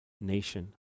nation